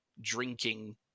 drinking